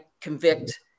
convict